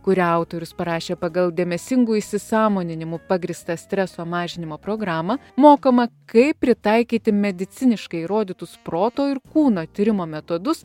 kurią autorius parašė pagal dėmesingu įsisąmoninimu pagrįsta streso mažinimo programą mokoma kaip pritaikyti mediciniškai įrodytus proto ir kūno tyrimo metodus